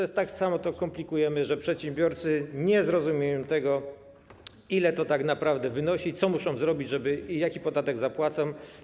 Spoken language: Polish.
I tak samo to komplikujemy, że przedsiębiorcy nie zrozumieją, ile to tak naprawdę wynosi, co muszą zrobić, żeby... i jaki podatek zapłacą.